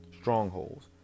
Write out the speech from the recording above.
strongholds